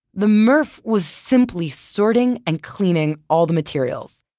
the mrf was simply sorting and cleaning all the materials.